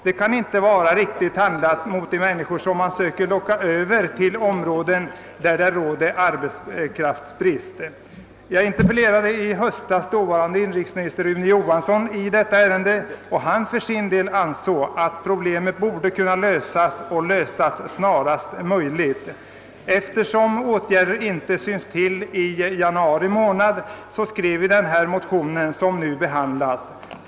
Detta kan inte vara riktigt handlat mot människor som man försöker locka över till områden med arbetskraftbrist. I höstas interpellerade jag dåvarande inrikesministern Rune Johansson i detta ärende, och han förklarade för sin del att problemet borde lösas snarast möjligt. Eftersom några åtgärder emellertid inte vidtagits fram till januari månad var jag med om att väcka den motion, II: 254, som utskottet nu har behandlat.